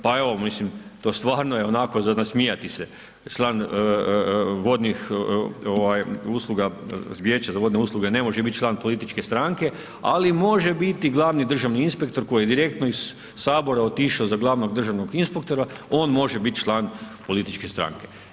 Pa evo, mislim to stvarno je onako za nasmijati se, vodnih usluga, Vijeće za vodne usluge ne može biti član političke stranke ali može biti glavni državni inspektor koji je direktno iz Sabora otišao za glavnog državnog inspektora on može biti član političke stranke.